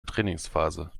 trainingsphase